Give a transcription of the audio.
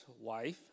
wife